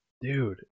Dude